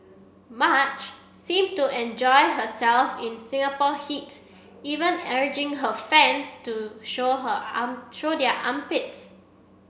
Madge seemed to enjoy herself in Singapore heat even urging her fans to show her arm show their armpits